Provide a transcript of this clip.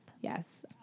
Yes